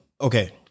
okay